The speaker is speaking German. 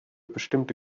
bestimmte